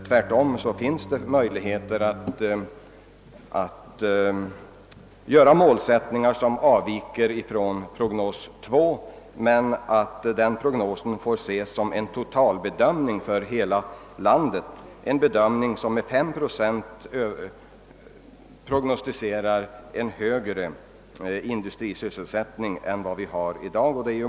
Tvärtom finns det möjligheter att göra målsättningar som av viker från prognos 2, vilken prognos får ses som en totalbedömning för hela landet och som prognostiserar 5 procent högre industrisysselsättning än vi har i dag.